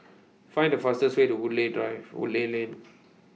Find The fastest Way to Woodleigh Drive Woodleigh Lane